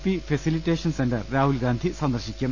P facilitation centre Rahul Gandhi സന്ദർശിക്കും